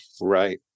Right